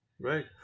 right